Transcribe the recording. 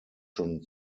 schon